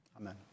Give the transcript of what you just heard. Amen